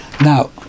Now